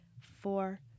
four